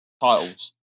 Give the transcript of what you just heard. titles